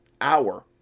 hour